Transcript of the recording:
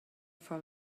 for